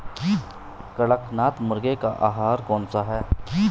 कड़कनाथ मुर्गे का आहार कौन सा है?